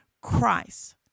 Christ